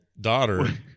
Daughter